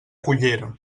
cullera